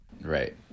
Right